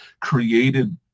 created